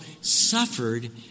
suffered